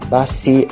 Basi